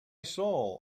saw